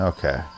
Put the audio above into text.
Okay